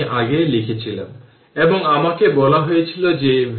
সুতরাং ফলাফল হবে i2 i1 এবং তার মানে আমার i y মূলত i2 i1 i তাই এটি i